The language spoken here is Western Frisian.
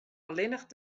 allinnich